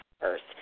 first